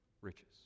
riches